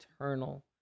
eternal